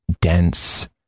dense